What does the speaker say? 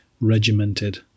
regimented